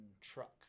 truck